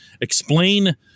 explain